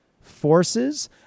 forces